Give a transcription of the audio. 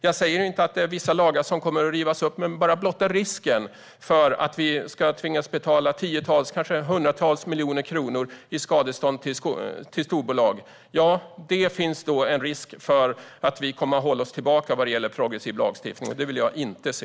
Jag säger inte att vissa lagar kommer att rivas upp, men blotta risken för att tvingas att betala tiotals eller kanske hundratals miljoner kronor i skadestånd till storbolag kan göra att vi håller progressiv lagstiftning tillbaka. Det vill jag inte se.